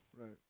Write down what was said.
Right